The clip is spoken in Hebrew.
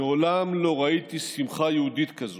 מעולם לא ראיתי שמחה יהודית כזו,